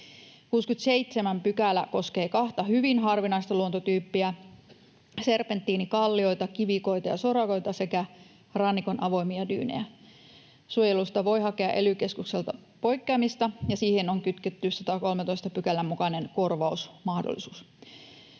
67 § koskee kahta hyvin harvinaista luontotyyppiä: serpentiinikallioita, ‑kivikoita ja ‑sorakoita sekä rannikon avoimia dyynejä. Suojelusta voi hakea ely-keskukselta poikkeamista, ja siihen on kytketty 113 §:n mukainen korvausmahdollisuus.